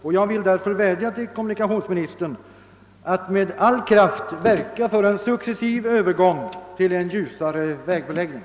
Jag vill därför vädja till kommunikationsministern att med all kraft verka för en successiv övergång till en ljusare vägbeläggning.